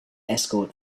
escort